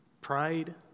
Pride